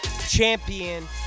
champion